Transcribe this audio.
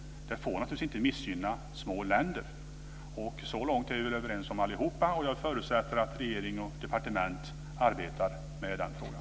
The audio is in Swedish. Det får naturligtvis inte missgynna små länder. Så långt är vi väl alla överens, och jag förutsätter att regering och departement arbetar med den här frågan.